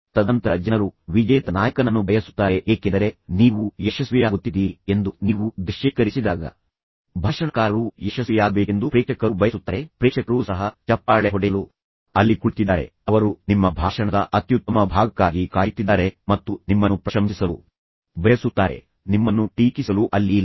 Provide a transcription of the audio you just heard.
ತದನಂತರ ಜನರು ವಿಜೇತ ನಾಯಕನನ್ನು ಬಯಸುತ್ತಾರೆ ಏಕೆಂದರೆ ನೀವು ಯಶಸ್ವಿಯಾಗುತ್ತಿದ್ದೀರಿ ಎಂದು ನೀವು ದೃಶ್ಯೀಕರಿಸಿದಾಗ ಭಾಷಣಕಾರರು ಯಶಸ್ವಿಯಾಗಬೇಕೆಂದು ಪ್ರೇಕ್ಷಕರು ಬಯಸುತ್ತಾರೆ ಪ್ರೇಕ್ಷಕರು ಸಹ ಚಪ್ಪಾಳೆ ಹೊಡೆಯಲು ಅಲ್ಲಿ ಕುಳಿತಿದ್ದಾರೆ ಅವರು ನಿಮ್ಮ ಭಾಷಣದ ಅತ್ಯುತ್ತಮ ಭಾಗಕ್ಕಾಗಿ ಕಾಯುತ್ತಿದ್ದಾರೆ ಮತ್ತು ನಿಮ್ಮನ್ನು ಪ್ರಶಂಸಿಸಲು ಬಯಸುತ್ತಾರೆ ನಿಮ್ಮನ್ನು ಟೀಕಿಸಲು ಅಲ್ಲಿ ಇಲ್ಲ